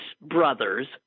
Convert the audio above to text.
brothers